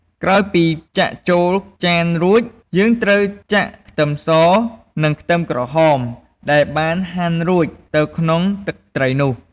ក្រោយពីចាក់ចូលចានរួច យើងត្រូវចាក់ខ្ទឹមស និងខ្ទឹមក្រហមដែលបានហាន់រួចទៅក្នុងទឹកត្រីនោះ។